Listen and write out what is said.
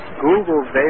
Google